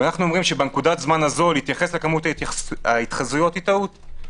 אנחנו אומרים שבנקודת הזמן הזו להתייחס לכמות ההתחזויות זה טעות.